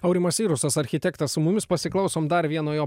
aurimas sirusas architektas su mumis pasiklausom dar vieno jo